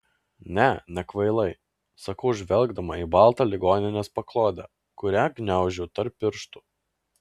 ne nekvailai sakau žvelgdama į baltą ligoninės paklodę kurią gniaužau tarp pirštų